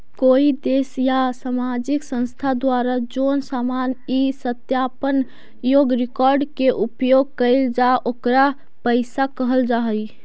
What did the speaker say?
कोई देश या सामाजिक संस्था द्वारा जोन सामान इ सत्यापन योग्य रिकॉर्ड के उपयोग कईल जा ओकरा पईसा कहल जा हई